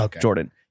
Jordan